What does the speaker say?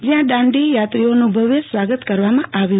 જયાં દાંડીયાત્રાઓનું ભવ્ય સ્વાગત કરાવામાં આવ્યું